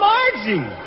Margie